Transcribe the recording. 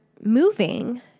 moving